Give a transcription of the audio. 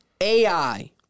AI